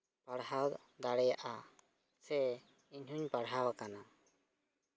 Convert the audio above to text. ᱯᱟᱲᱦᱟᱣ ᱫᱟᱲᱮᱭᱟᱜᱼᱟ ᱥᱮ ᱤᱧᱦᱚᱸᱧ ᱯᱟᱲᱦᱟᱣ ᱟᱠᱟᱱᱟ